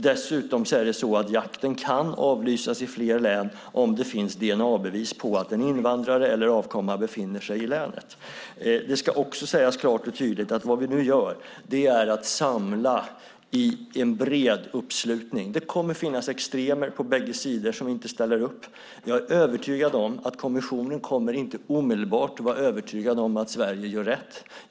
Dessutom kan jakten avlysas i fler län om det finns dna-bevis på att en invandrare eller avkomma befinner sig i länet. Det ska också sägas klart och tydligt att nu samlar vi en bred uppslutning. Det kommer att finnas extremer på båda sidorna som inte ställer upp. Jag är övertygad om att kommissionen inte omedelbart kommer att vara övertygad om att Sverige gör rätt.